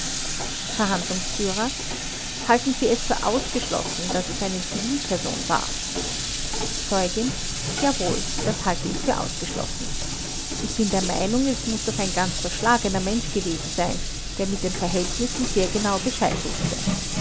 verhandlungsführer halten sie es für ausgeschlossen daß es eine zivilperson war zeugin jawohl das halte ich für ausgeschlossen ich bin der meinung es muß doch ein ganz verschlagener mensch gewesen sein der mit den verhältnissen sehr genau bescheid wußte